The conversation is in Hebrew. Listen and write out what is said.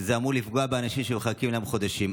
וזה עלול לפגוע באנשים שמחכים להם חודשים,